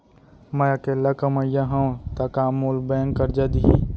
मैं अकेल्ला कमईया हव त का मोल बैंक करजा दिही?